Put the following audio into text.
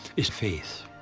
is faith.